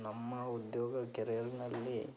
ನಮ್ಮ ಉದ್ಯೋಗ ಕೆರಿಯರ್ನಲ್ಲಿ